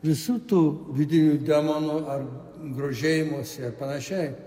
visų tų vidinių demonų ar grožėjimosi ar panašiai